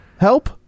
help